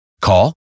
Call